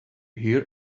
hear